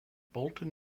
bolton